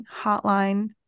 Hotline